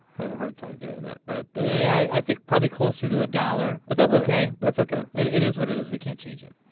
have a hard time doing that but yeah i think probably closer to a dollar. but that's okay that's okay and it is what it is we can't change. then